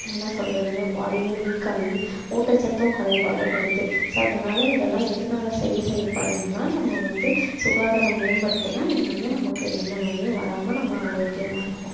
என்ன சொல்லுறதுங்க பாடியே வீக்காகி ஊட்டச்சத்தும் குறைபாடும் வருது ஸோ அதனால இதுலாம் எதனால சரி செய்யப்படும்னா நம்ம வந்து சுகாதாரம் மேம்படுத்துன்னா இது வந்து நமக்கு எந்த நோயும் வராம நம்ம ஆரோக்கியமாக இருப்போம்